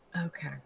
Okay